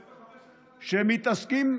שמתעסקים,